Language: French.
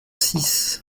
six